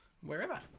wherever